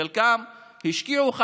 חלקם השקיעו,